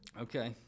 Okay